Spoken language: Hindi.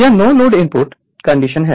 यह नो लोड इनपुट कंडीशन है